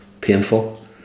painful